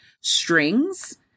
strings